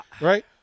Right